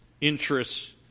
interests